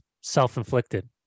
self-inflicted